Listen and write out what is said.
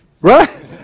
Right